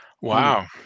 Wow